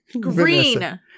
Green